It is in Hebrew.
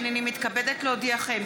הינני מתכבדת להודיעכם,